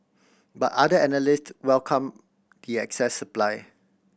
but other analyst welcomed the excess supply